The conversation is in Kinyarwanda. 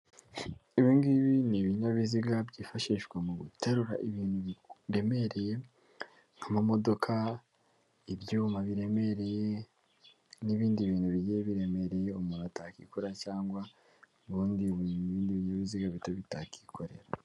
Ibingibi ni ibinyabiziga byifashishwa mu guterura ibintu biremereye nk'amamodoka ibyuma biremereye n'ibindi bintu bigiye biremereye umuntu atakwikoreraa cyangwa ibundi binyabiziga bitakikorera.